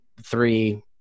three